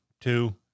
two